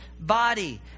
body